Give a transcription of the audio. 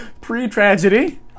Pre-tragedy